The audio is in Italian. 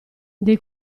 dei